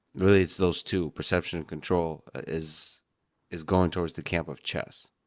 really, it's those two perception control is is going towards the camp of chess.